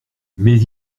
mais